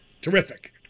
Terrific